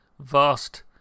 vast